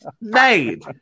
made